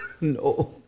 no